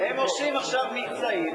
הם עושים עכשיו מבצעים,